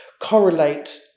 correlate